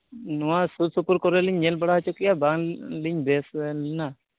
ᱱᱚᱣᱟ ᱥᱩᱨᱼᱥᱩᱯᱩᱨ ᱠᱚᱨᱮᱞᱤᱧ ᱧᱮᱞ ᱵᱟᱲᱟ ᱦᱚᱪᱚ ᱠᱮᱜᱼᱟ ᱵᱟᱝ ᱞᱤᱧ ᱵᱮᱥ ᱞᱮᱱᱟ